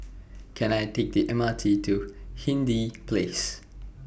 Can I Take The M R T to Hindhede Place